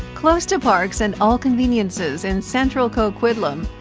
close to parks and all conveniences in central coquitlam,